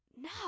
No